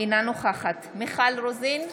אינה נוכחת מיכל רוזין,